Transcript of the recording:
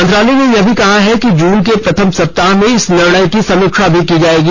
मंत्रालय ने यह भी कहा है कि जून के प्रथम सप्ताह में इस निर्णय की समीक्षा की जाएगी